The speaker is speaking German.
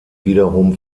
wiederum